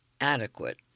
adequate